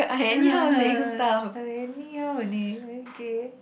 I anyhow only okay